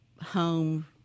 home